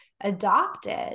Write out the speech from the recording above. adopted